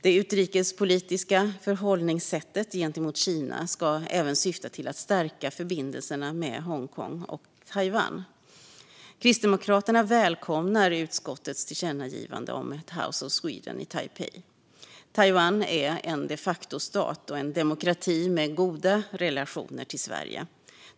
Det utrikespolitiska förhållningssättet gentemot Kina ska även syfta till att stärka förbindelserna med Hongkong och Taiwan. Kristdemokraterna välkomnar utskottets tillkännagivande om ett House of Sweden i Taipei. Taiwan är en de facto-stat och en demokrati med goda relationer till Sverige.